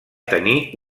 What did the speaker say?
tenir